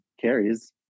carries